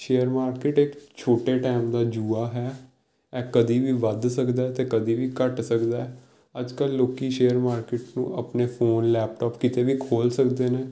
share market ਇੱਕ ਛੋਟੇ time ਦਾ ਜੂਆ ਹੈ ਇਹ ਕਦੇ ਵੀ ਵੱਧ ਸਕਦਾ ਹੈ ਅਤੇ ਕਦੇ ਵੀ ਘੱਟ ਸਕਦਾ ਹੈ ਅੱਜ ਕੱਲ੍ਹ ਲੋਕ ਸ਼ੇਅਰ ਮਾਰਕੀਟ ਨੂੰ ਆਪਣੇ ਫ਼ੋਨ ਲੈਪਟੋਪ ਕਿਤੇ ਵੀ ਖੋਲ੍ਹ ਸਕਦੇ ਨੇ